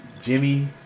Jimmy